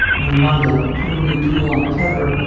when he wanted to put a new tool on a tether.